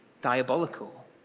diabolical